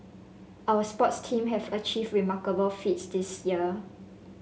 our sports team have achieved remarkable feats this year